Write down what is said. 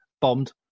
bombed